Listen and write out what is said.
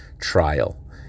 trial